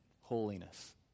holiness